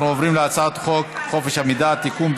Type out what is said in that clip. אנחנו עוברים להצעת חוק חופש המידע (תיקון,